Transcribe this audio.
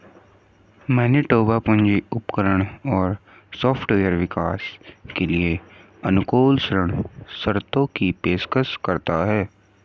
Manitoba पूंजी उपकरण और सॉफ्टवेयर विकास के लिए अनुकूल ऋण शर्तों की पेशकश करता है